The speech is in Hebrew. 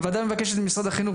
הוועדה מבקשת ממשרד החינוך,